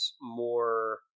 more